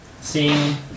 seeing